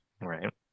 Right